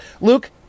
luke